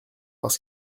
parce